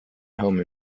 home